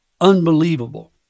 unbelievable